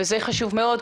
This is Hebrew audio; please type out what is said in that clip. וזה חשוב מאוד,